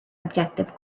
objective